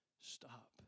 stop